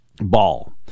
Ball